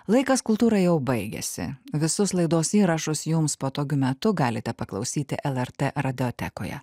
laikas kultūrai jau baigiasi visus laidos įrašus jums patogiu metu galite paklausyti lrt radiotekoje